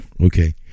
okay